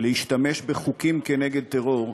להשתמש בחוקים נגד טרור,